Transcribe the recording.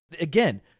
again